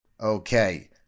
Okay